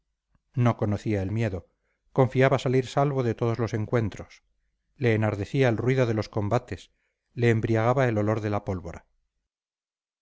no conocía el miedo confiaba salir salvo de todos los encuentros le enardecía el ruido de los combates le embriagaba el olor de la pólvora